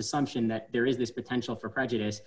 assumption that there is this potential for prejudice